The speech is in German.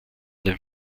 den